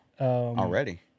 already